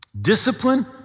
Discipline